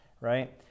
right